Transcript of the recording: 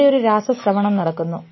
അവിടെ ഒരു രാസ സ്രവണം നടക്കുന്നു